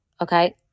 okay